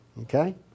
Okay